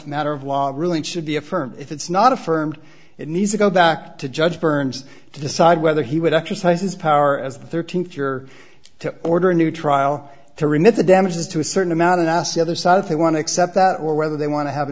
matter of law really should be affirmed if it's not affirmed it needs to go back to judge burns to decide whether he would exercise his power as the thirteenth your to order a new trial to remit the damages to a certain amount and ask the other side of they want to accept that or whether they want to have a